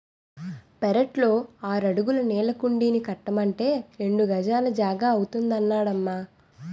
పెరట్లో ఆరడుగుల నీళ్ళకుండీ కట్టమంటే రెండు గజాల జాగా అవుతాదన్నడమ్మా